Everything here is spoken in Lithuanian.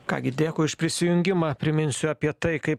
ką gi dėkui už prisijungimą priminsiu apie tai kaip